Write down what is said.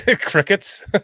Crickets